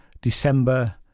December